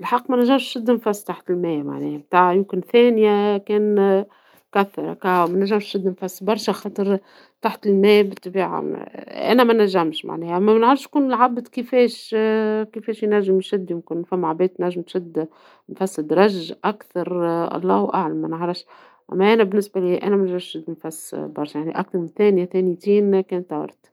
الحق منجمش نشد النفس تحت الماء، معناها نتاع يمكن ثانية ، كان كثر، منجمش نشد النفس برشا ، خاطر تحت الماء أنا منجمش ، أما منعرفش شكون العبد كفاش ينجم يشد ، يمكن فما عباد يمكن تشد نفس درج أو أكثر منعرفش ، أما بالنسبة ليا أنا منقدرش نشد نفس برشا أكثر حاجة ثانية ، ثانيتين كان طار.